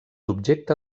objecte